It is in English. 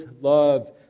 love